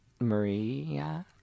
Maria